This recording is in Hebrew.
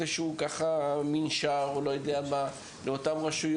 תעשו איזשהו מאמץ לקראת פתיחת שנת הלימודים.